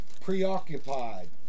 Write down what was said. preoccupied